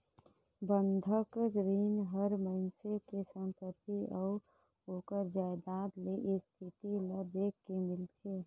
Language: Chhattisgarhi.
बंधक रीन हर मइनसे के संपति अउ ओखर जायदाद के इस्थिति ल देख के मिलथे